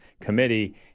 committee